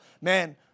man